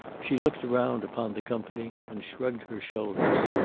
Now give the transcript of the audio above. she looked round upon the company and shrugged her shoulders.